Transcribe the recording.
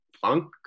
funk